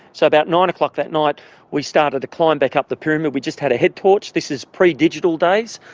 so about nine o'clock that night we started to climb back up the pyramid. we just had a head torch. this is pre digital days,